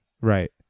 Right